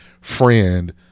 friend